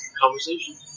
conversation